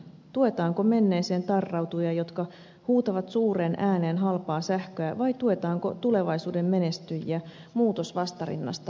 tuetaanko menneeseen tarrautujia jotka huutavat suureen ääneen halpaa sähköä vai tuetaanko tulevaisuuden menestyjiä muutosvastarinnasta huolimatta